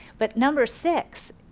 but number six,